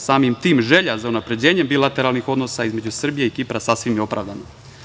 Samim tim, želja za unapređenjem bilateralnih odnosa između Srbije i Kipra sasvim je opravdana.